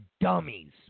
dummies